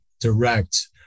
direct